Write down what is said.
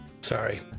Sorry